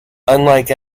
unlike